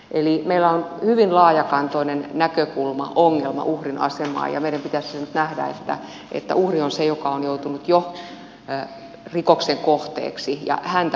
eli meillä on hyvin laajakantoinen näkökulmaongelma uhrin asemaan ja meidän pitäisi nyt nähdä että uhri on se joka on joutunut jo rikoksen kohteeksi ja häntä pitää suojella